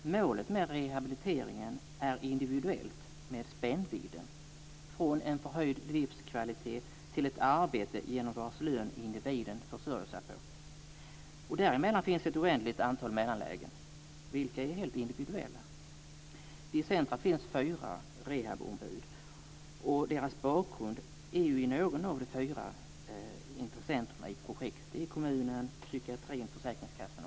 Målet med rehabiliteringen är individuellt, med en spännvidd från förhöjd livskvalitet till arbete genom vars lön individen försörjer sig. Där finns det ett oändligt antal mellanlägen, vilka är helt individuella. Vid centret finns fyra rehabombud med bakgrund hos någon av de fyra intressenterna i projektet, dvs.